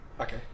Okay